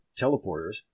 teleporters